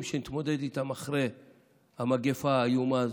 שנתמודד איתם אחרי המגפה האיומה הזו.